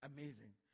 Amazing